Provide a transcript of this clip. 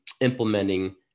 implementing